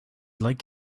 like